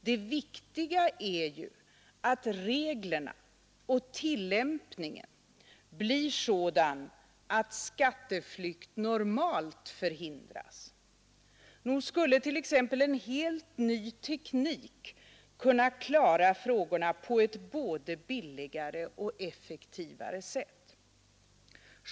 Det viktiga är ju att reglerna och tillämpningen blir sådana att skatteflykt normalt förhindras. Nog skulle t.ex. en helt ny teknik kunna klara frågorna på ett både billigare och effektivare sätt.